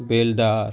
बेलदार